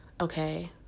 okay